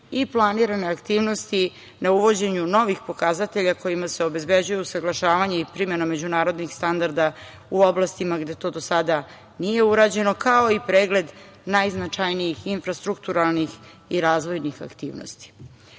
i planirane aktivnosti na uvođenju novih pokazatelja kojima se obezbeđuje usaglašavanje i primena međunarodnih standarda u oblastima gde to do sada nije urađeno, kao i pregled najznačajnijih infrastrukturalnih i razvojnih aktivnosti. Važnost